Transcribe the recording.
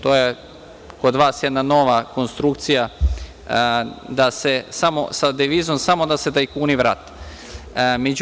To je kod vas jedna nova konstrukcija da se samo sa devizom samo da se tajkuni vrate.